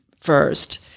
first